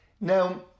Now